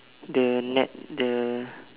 the net the